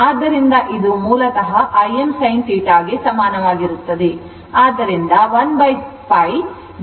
ಆದ್ದರಿಂದ ಇದು ಮೂಲತಃ Im sinθ ಗೆ ಸಮಾನವಾಗಿರುತ್ತದೆ